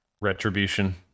Retribution